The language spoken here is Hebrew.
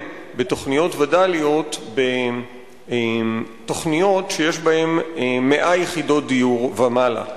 בתוכניות וד"ליות בתוכניות שיש בהן 100 יחידות דיור ומעלה.